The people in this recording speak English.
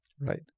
Right